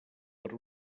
per